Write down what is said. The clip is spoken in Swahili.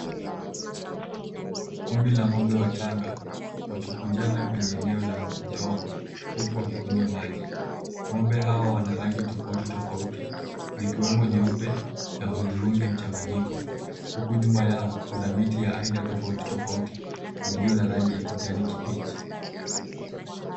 Kundi la ngombe wachanga wakikunjana kwenye eneo la udongo huku wakikunywa maji. Ngombe hawa wana rangi tofauti tofauti ikiwemo nyeupe na hudhurungi mchanganyiko , huku nyuma yao kuna miti ya aina tofauti tofauti iliyo na rangi ya kijani kibichi.